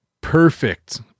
perfect